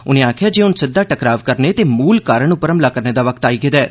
उनें आक्खेआ हून सिद्दा टकराव करने ते मूल कारण पर हमला करने दा वक्त आई गेदा ऐ